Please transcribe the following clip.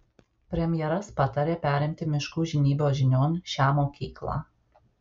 premjeras patarė perimti miškų žinybos žinion šią mokyklą